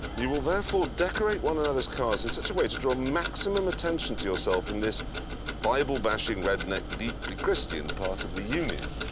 you will therefore decorate one another's cars in such a way to draw maximum attention to yourself in this bible-bashing, redneck, deeply christian part of the union.